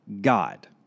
God